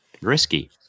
risky